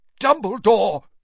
Dumbledore